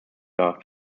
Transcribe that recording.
dar